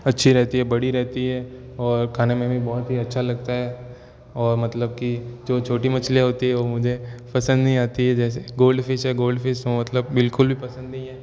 अच्छी रहती हैं बड़ी रहती हैं और खाने में भी बहुत ही अच्छा लगता है और मतलब कि जो छोटी मछलियाँ होती हैं वो मझे पसंद नहीं आती हैं जैसे गोल्डफ़िश है गोल्डफ़िश वो मतलब बिलकुल भी पसंद नहीं है